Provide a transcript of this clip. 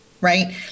Right